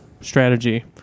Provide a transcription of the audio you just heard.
strategy